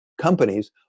companies